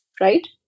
right